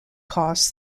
costs